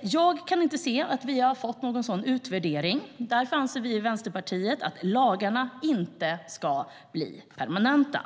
Jag kan inte se att vi fått någon sådan utvärdering, och därför anser vi i Vänsterpartiet att lagarna inte ska bli permanenta.